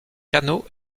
canot